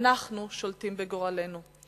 ואנחנו שולטים בגורלנו.